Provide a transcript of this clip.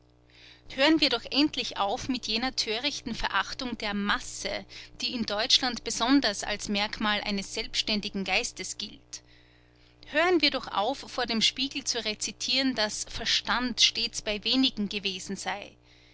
hören wir doch endlich auf mit jener törichten verachtung der masse die in deutschland besonders als merkmal eines selbständigen geistes gilt hören wir doch auf vor dem spiegel zu rezitieren daß verstand stets bei wenigen gewesen sei